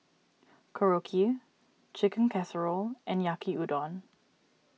Korokke Chicken Casserole and Yaki Udon